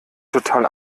total